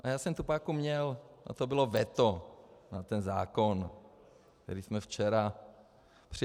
A já jsem tu páku měl a to bylo veto na ten zákon, který jsme včera přijali.